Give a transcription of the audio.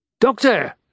Doctor